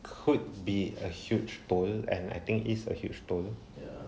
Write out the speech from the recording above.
could be a huge toll and I think it's a huge toll